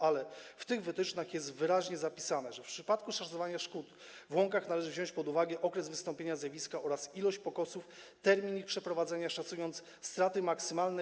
Ale w tych wytycznych jest wyraźnie napisane, że w wypadku szacowania szkód na łąkach należy wziąć pod uwagę okres wystąpienia zjawiska oraz liczbę pokosów i termin ich przeprowadzenia, szacując straty maksymalne.